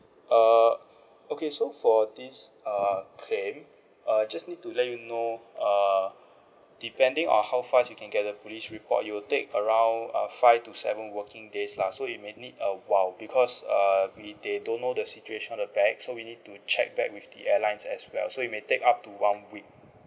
err okay so for this err claim uh just need to let you know err depending on how fast you can get the police report it will take around uh five to seven working days lah so it may need a while because err we they don't know the situation of the bags so we need to check back with the airlines as well so it may take up to one week